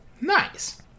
Nice